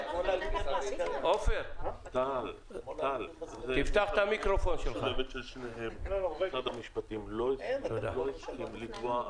ולא חרדים, ורוצים לצאת ולא נותנים להם לצאת?